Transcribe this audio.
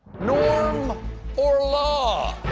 norm or law?